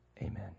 Amen